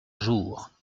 jour